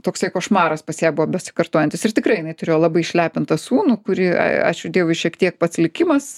toksai košmaras pas ją buvo besikartojantis ir tikrai jinai turėjo labai išlepintą sūnų kurį ačiū dievui šiek tiek pats likimas